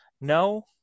No